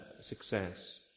success